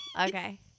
Okay